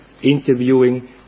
interviewing